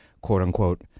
quote-unquote